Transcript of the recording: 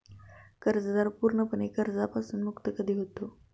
कर्जदार पूर्णपणे कर्जापासून मुक्त कधी होतो?